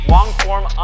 Long-form